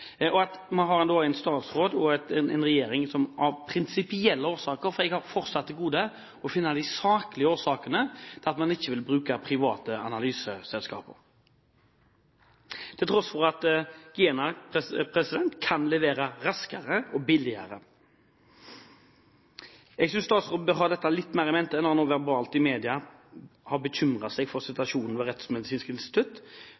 og at vi har en statsråd og en regjering som av prinsipielle årsaker – jeg har fortsatt til gode å finne de saklige årsakene til det – ikke vil bruke private analyseselskaper, til tross for at GENA kan levere raskere og billigere. Jeg synes statsråden bør ha dette litt mer in mente når han verbalt i media «bekymrer seg» for